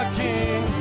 king